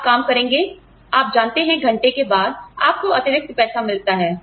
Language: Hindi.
आप काम करेंगे आप जानते हैं घंटे के बाद आपको अतिरिक्त पैसा मिलता है